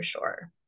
sure